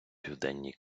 південній